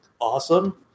awesome